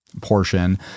portion